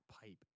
pipe